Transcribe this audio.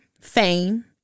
fame